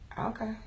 Okay